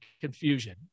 confusion